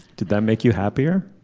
did that make you happier.